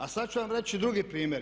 A sad ću vam reći drugi primjer.